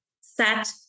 set